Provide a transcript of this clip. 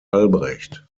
albrecht